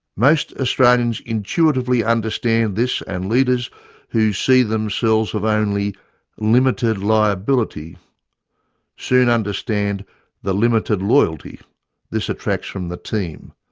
most australians intuitively understand this and leaders who see themselves of only limited liability soon understand the limited loyalty this attracts from the team,